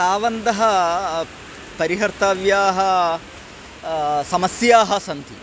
तावन्तः परिहर्तव्याः समस्याः सन्ति